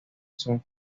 son